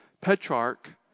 Petrarch